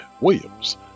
Williams